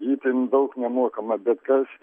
itin daug nemokama bet kas